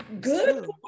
good